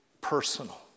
personal